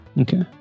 Okay